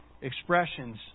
Expressions